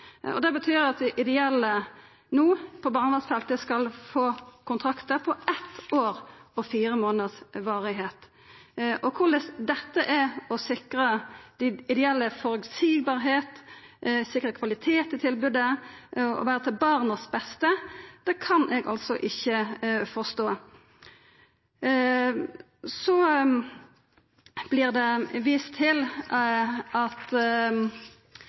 betyr at dei ideelle no på barnevernfeltet skal få kontraktar som vil vara eitt år og fire månader. Korleis dette er å sikra dei ideelle føreseielege forhold, sikra kvaliteten på tilbodet og å vera til barnas beste, kan eg altså ikkje forstå. Så vart det vist til at